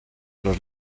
los